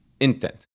intent